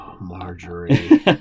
Marjorie